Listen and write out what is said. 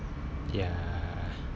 ya